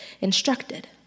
instructed